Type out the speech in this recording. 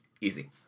Easy